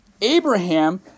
Abraham